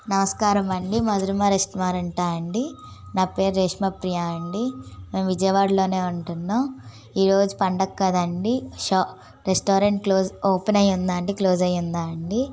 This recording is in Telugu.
నమస్కారమండి మధురిమ రెస్టారెంటా అండి నా పేరు రేష్మ ప్రియా అండి మేము విజయవాడలో ఉంటున్నాం ఈరోజు పండుగ కదండి షా రెస్టారెంట్ క్లోజ్ ఓపెన్ అయ్యి ఉందా అండి క్లోజ్ అయ్యిందా అండి